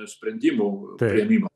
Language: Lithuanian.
sprendimų priėmimo